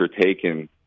taken